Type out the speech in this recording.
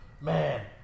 man